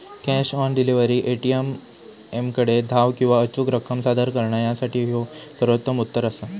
cash on delivery, ए.टी.एमकडे धाव किंवा अचूक रक्कम सादर करणा यासाठी ह्यो सर्वोत्तम उत्तर असा